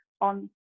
on